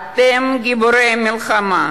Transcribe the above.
אתם גיבורי המלחמה,